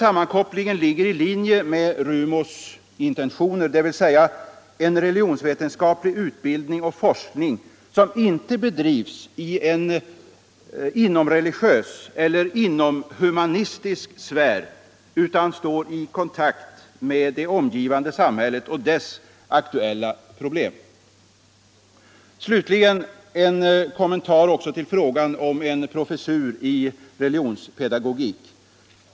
Sammankopplingen ligger i linje med RUMO:s intentioner — en religionsvetenskaplig utbildning och forskning som inte bedrivs i en ”inomreligiös” eller ”inomhumanistisk” sfär utan står i kontakt med det omgivande samhället och dess aktuella problem. Slutligen vill jag ge en kommentar också till frågan om en professur i religionspedagogik.